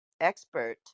expert